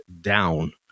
down